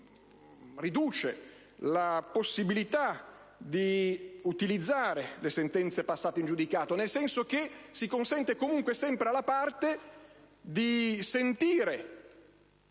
riduce la possibilità di utilizzare le sentenze passate in giudicato, nel senso che si consente comunque e sempre alla parte di assumere